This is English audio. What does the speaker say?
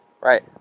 Right